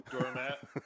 doormat